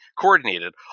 coordinated